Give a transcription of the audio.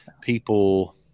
people